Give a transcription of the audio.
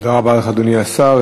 תודה רבה לך, אדוני השר.